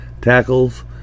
Tackles